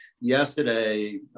yesterday